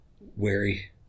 wary